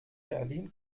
berlin